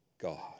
God